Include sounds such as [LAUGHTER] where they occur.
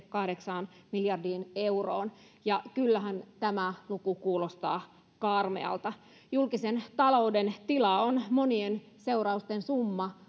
[UNINTELLIGIBLE] kahdeksaan miljardiin euroon ja kyllähän tämä luku kuulostaa karmealta julkisen talouden tila on monien seurausten summa [UNINTELLIGIBLE]